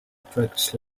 attracts